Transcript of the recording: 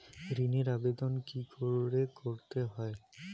ঋণের আবেদন কি করে করতে হয়?